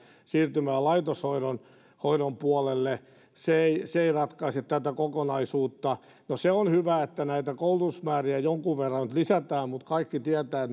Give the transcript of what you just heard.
siirtymään laitoshoidon puolelle se ei se ei ratkaise tätä kokonaisuutta no se on hyvä että näitä koulutusmääriä jonkun verran nyt lisätään mutta kaikki tietävät